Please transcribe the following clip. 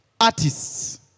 artists